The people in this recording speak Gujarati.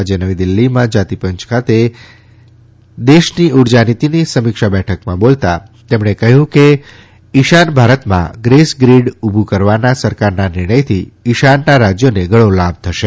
આજે નવીદિલ્લીમાં જાતિપંચ ખાતે દેશની ઉર્જાનીતિની સમીક્ષા બેઠકમાં બોલતાં તેમણે કહ્યું કે ઇશાન ભારતમાં ગેસગ્રીડ ઉભું કરવાના સરકારના નિર્ણયથી ઇશાનનાં રાજ્યોને ઘણો લાભ થશે